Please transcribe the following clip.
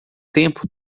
tempo